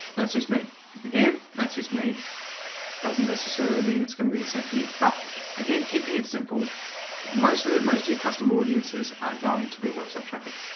that's just me again. that's just me doesn't necessarily mean it's going to be the same for you. but again keeping it simple most of that most do custom audiences are going to be website traffic